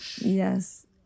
Yes